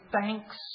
thanks